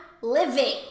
living